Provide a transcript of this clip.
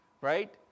right